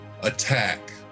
attack